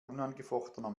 unangefochtener